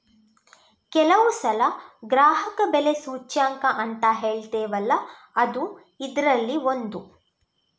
ಕೆಲವು ಸಲ ಗ್ರಾಹಕ ಬೆಲೆ ಸೂಚ್ಯಂಕ ಅಂತ ಹೇಳ್ತೇವಲ್ಲ ಅದೂ ಇದ್ರಲ್ಲಿ ಒಂದು